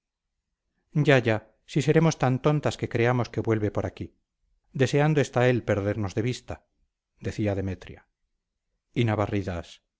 ya ya si seremos tan tontas que creamos que vuelve por aquí deseando está él perdernos de vista decía demetria y navarridas no